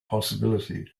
possibility